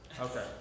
Okay